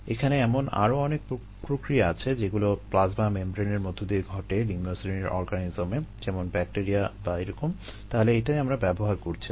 এখানে এমন আরো অনেক প্রক্রিয়া আছে যেগুলো প্লাজমা মেমব্রেনের যেমন ব্যাকটেরিয়া বা এরকম তাহলে এটাই আমরা ব্যবহার করছিলাম